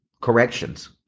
corrections